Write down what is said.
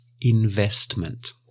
investment